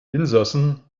insassen